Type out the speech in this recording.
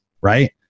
right